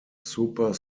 super